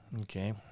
Okay